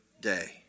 day